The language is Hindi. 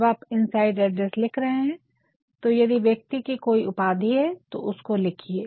जब आप इनसाइड एड्रेस लिख रहे है तो यदि व्यक्ति की कोई उपाधि है तो उसको लिखिए